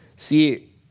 See